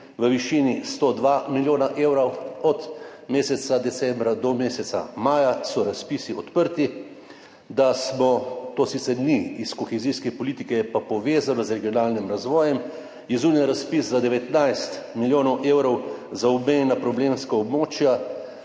v višini 102 milijona evrov, od meseca decembra do meseca maja so razpisi odprti. To sicer ni iz kohezijske politike, je pa povezano z regionalnim razvojem, zunaj je razpis za 19 milijonov evrov za obmejna problemska območja.